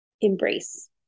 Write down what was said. embrace